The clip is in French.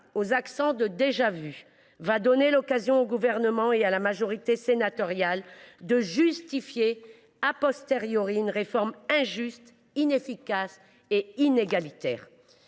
aux accents de déjà vu offre l’occasion au Gouvernement et à la majorité sénatoriale de justifier une réforme injuste, inefficace et inégalitaire.